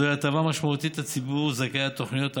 זו הטבה משמעותית לציבור זכאי התוכנית הלא-יהודים.